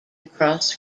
across